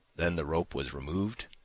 then the rope was removed,